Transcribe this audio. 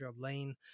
lane